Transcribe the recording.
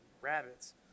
rabbits